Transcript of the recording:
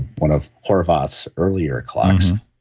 one of horvath's earlier clocks,